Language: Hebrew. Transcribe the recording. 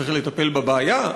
צריך לטפל בבעיה,